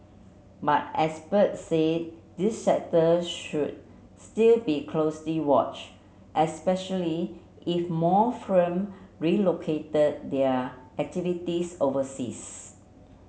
but experts said this sector should still be closely watch especially if more firm relocated their activities overseas